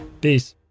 Peace